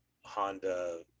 Honda